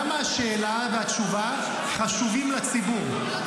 למה השאלה והתשובה חשובים לציבור?